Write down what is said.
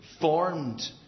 formed